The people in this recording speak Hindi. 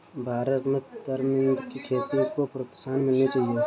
भारत में तरमिंद की खेती को प्रोत्साहन मिलनी चाहिए